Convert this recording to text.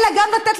אלא גם לתת,